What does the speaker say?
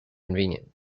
convenient